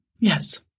Yes